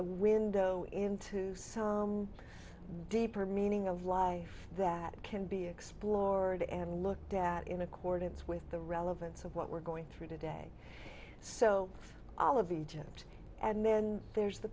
a window into some deeper meaning of life that can be explored and looked at in accordance with the relevance of what we're going through today so for all of egypt and then there's the